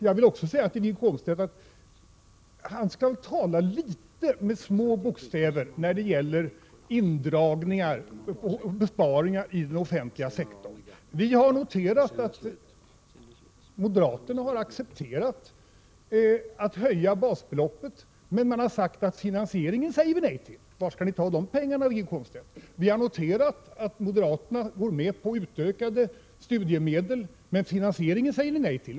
Jag tycker att Wiggo Komstedt skall tala med små bokstäver när det gäller besparingar i den offentliga sektorn. Vi noterar att moderaterna har accepterat att man höjer basbeloppet, men de säger nej till finansieringen. Varifrån skall ni ta de pengarna, Wiggo Komstedt? Vi har noterat att moderaterna går med på att utöka studiemedel, men de säger nej till finansieringen.